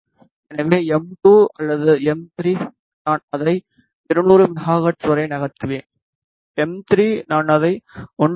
எனவே எம் 2 அல்லது எம் 3 நான் அதை 200 மெகா ஹெர்ட்ஸ் வரை நகர்த்துவேன் எம் 3 நான் அதை 1